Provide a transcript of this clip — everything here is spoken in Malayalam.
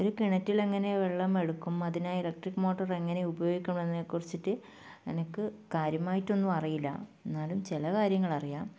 ഒരു കിണറ്റിൽ എങ്ങനെ വെള്ളം എടുക്കും അതിനായി ഇലക്ട്രിക് മോട്ടർ എങ്ങനെ ഉപയോഗിക്കുമെന്നതിനെ കുറിച്ചിട്ട് എനിക്ക് കാര്യമായിട്ട് ഒന്നും അറിയില്ല എന്നാലും ചില കാര്യങ്ങൾ അറിയാം